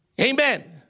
Amen